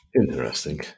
Interesting